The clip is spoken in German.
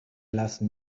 lassen